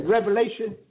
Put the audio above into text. Revelation